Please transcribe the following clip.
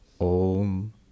Om